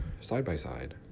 side-by-side